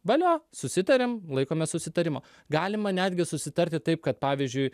valio susitarėm laikomės susitarimo galima netgi susitarti taip kad pavyzdžiui